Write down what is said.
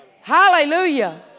Hallelujah